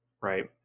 right